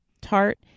tart